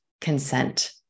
consent